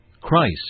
Christ